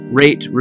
rate